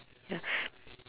ya